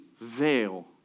veil